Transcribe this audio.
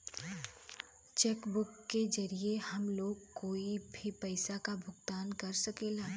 check book के जरिये हम लोग कोई के भी पइसा क भुगतान कर सकीला